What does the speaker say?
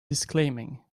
disclaiming